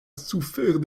souffert